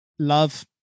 love